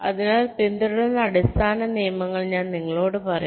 അതിനാൽ പിന്തുടരുന്ന അടിസ്ഥാന നിയമങ്ങൾ ഞാൻ നിങ്ങളോട് പറയും